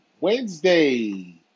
Wednesday